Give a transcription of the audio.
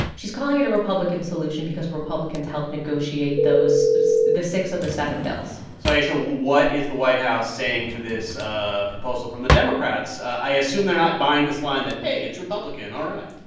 she's calling it a republican solution because republicans helped negotiate those the six of the seven bills so ayesha, what is the white house saying to this ah proposal from the democrats? i assume they're not buying this line that, hey, it's republican all right?